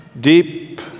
Deep